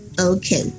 Okay